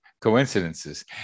coincidences